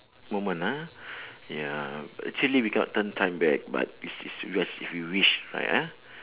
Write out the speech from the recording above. moment ah ya actually we cannot turn time back but it's this because if we wish right ah